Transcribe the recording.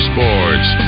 Sports